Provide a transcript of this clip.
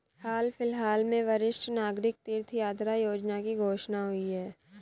हाल फिलहाल में वरिष्ठ नागरिक तीर्थ यात्रा योजना की घोषणा हुई है